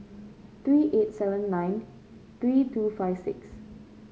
three eight seven nine three two five six